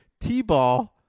t-ball